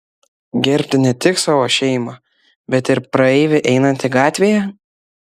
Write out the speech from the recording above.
gerbti ne tik savo šeimą bet ir praeivį einantį gatvėje